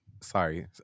Sorry